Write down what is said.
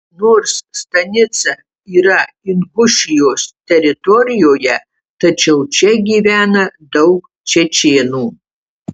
nors stanica yra ingušijos teritorijoje tačiau čia gyvena daug čečėnų